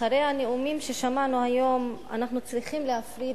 אחרי הנאומים ששמענו היום אנחנו צריכים להפריד